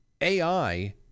ai